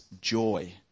joy